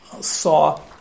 saw